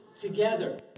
together